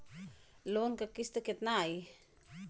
Loan क किस्त कितना आई?